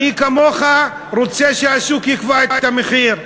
אני כמוך רוצה שהשוק יקבע את המחיר.